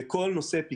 בכל נושאי הפיקוח,